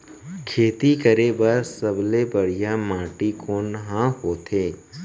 खेती करे बर सबले बढ़िया माटी कोन हा होथे?